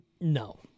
No